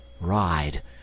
Ride